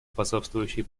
способствующие